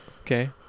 Okay